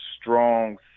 strong